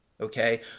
Okay